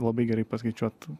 labai gerai paskaičiuot